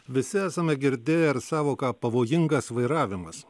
visi esame girdėję ir sąvoką pavojingas vairavimas